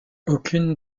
aucune